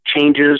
changes